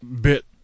bit